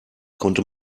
konnte